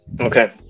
Okay